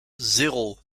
zéro